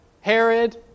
Herod